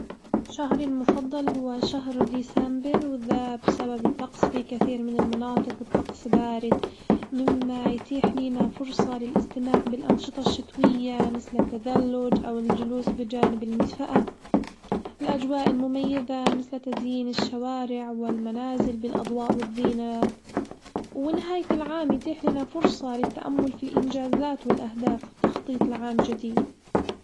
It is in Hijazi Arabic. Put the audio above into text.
شهري المفضل هو شهر ديسمبر، وذا بسبب الطقس في كثير من المناطق الطقس بارد، مما يتيح لينا فرصة للاستماع بالأنشطة الشتوية مثل التذلج أو الجلوس بجانب المدفأة، الأجواء المميزة مثل تزيين الشوارع والمنازل بالاضواء والزينة، ونهاية العام يتيح لينا فرصة للتأمل في الإنجازات والأهداف والتخطيط لعام جديد.